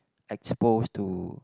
exposed to